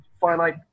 finite